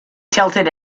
tilted